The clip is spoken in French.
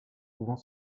pouvant